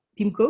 PIMCO